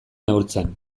neurtzen